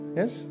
yes